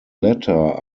latter